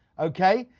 okay.